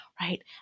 right